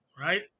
right